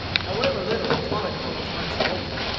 however little the quality folks might suppose it.